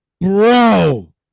bro